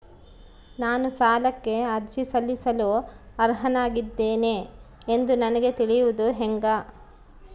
ನಾನು ಸಾಲಕ್ಕೆ ಅರ್ಜಿ ಸಲ್ಲಿಸಲು ಅರ್ಹನಾಗಿದ್ದೇನೆ ಎಂದು ನನಗ ತಿಳಿಯುವುದು ಹೆಂಗ?